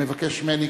מבקש ממני,